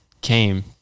came